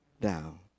down